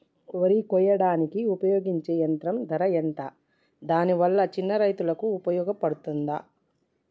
వరి కొయ్యడానికి ఉపయోగించే యంత్రం ధర ఎంత దాని వల్ల చిన్న రైతులకు ఉపయోగపడుతదా?